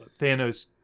Thanos